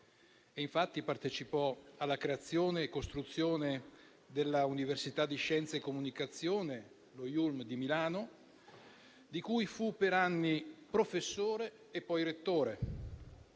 Infatti partecipò alla creazione e costruzione dell'Università di Scienze e Comunicazione (lo IULM di Milano), di cui fu per anni professore e poi rettore.